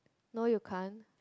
no you can't